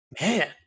Man